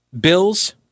bills